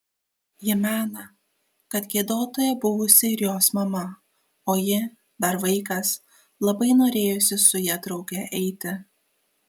ji mena kad giedotoja buvusi ir jos mama o ji dar vaikas labai norėjusi su ja drauge eiti